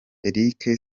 eric